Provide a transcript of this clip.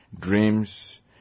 dreams